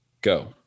Go